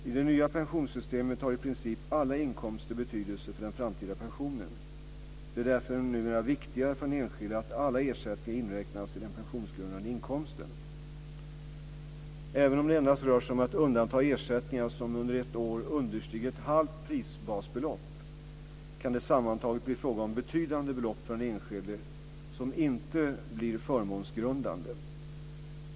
I det nya pensionssystemet har i princip alla inkomster betydelse för den framtida pensionen. Det är därför numera viktigare för den enskilde att alla ersättningar inräknas i den pensionsgrundande inkomsten. Även om det endast rör sig om att undanta ersättningar som under ett år understiger ett halvt prisbasbelopp, kan det sammantaget bli fråga om betydande belopp för den enskilde som inte blir förmånsgrundande.